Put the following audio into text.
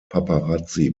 paparazzi